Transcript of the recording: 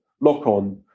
lock-on